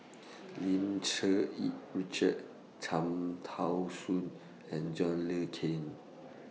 Lim Cherng Yih Richard Cham Tao Soon and John Le Cain